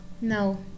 No